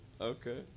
Okay